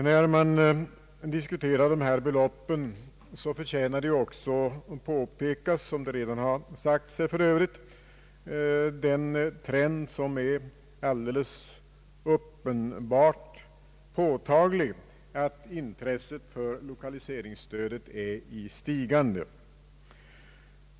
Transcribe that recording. När man diskuterar de här beloppen är också, vilket för övrigt redan har sagts, anledning påpeka den trend som är alldeles uppenbar och påtaglig, nämligen att intresset för lokaliseringsstödet är i stigande.